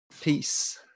peace